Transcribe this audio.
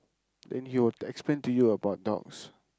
then he will explain to you about dogs